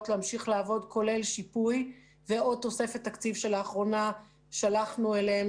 להמשיך לעבוד כולל שיפוי ועוד תוספת תקציב שלאחרונה שלחנו אליהם,